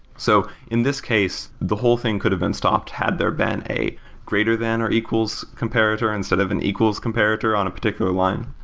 so in this case, the whole thing could have been stopped had there been a greater than or equals comparator instead of an equals comparator on a particular line.